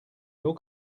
your